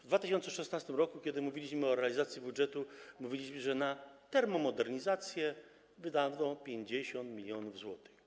W 2016 r., kiedy mówiliśmy o realizacji budżetu, mówiliśmy, że na termomodernizację wydano 50 mln zł.